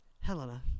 Helena